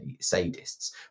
sadists